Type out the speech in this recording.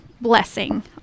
blessing